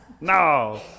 no